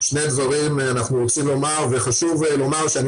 אנחנו רוצים לומר שני דברים וחשוב לומר שאני